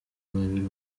babiri